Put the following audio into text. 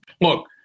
Look